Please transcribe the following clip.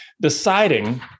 deciding